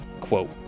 quote